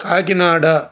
Kakinada